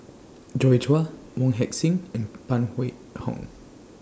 Joi Chua Wong Heck Sing and Phan Wait Hong